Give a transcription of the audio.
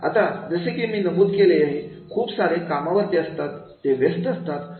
आता जसे की मी नमूद केले खूप सारे कामावरती असतात ते व्यस्त असतात